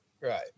Right